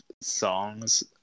songs